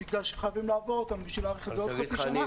שחייבים לעבור אותנו רק כדי להאריך לעוד חצי שנה,